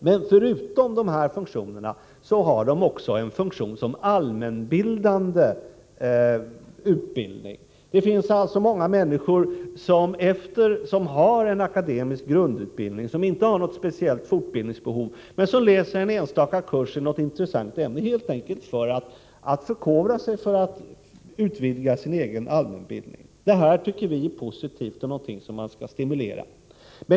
Men förutom de här funktionerna har de enstaka kurserna också en funktion som allmänbildande kurser. Det finns många människor med en akademisk grundutbildning som inte har något speciellt fortbildningsbehov, men som läser en enstaka kurs i något intressant ämne helt enkelt för att förkovra sig, för att vidga sin allmänbildning. Det här tycker vi är positivt och någonting som man skall stimulera.